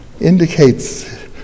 indicates